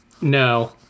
No